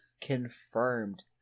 Confirmed